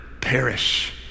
perish